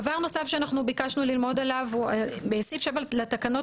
דבר נוסף שביקשנו ללמוד עליו: סעיף 7 לתקנות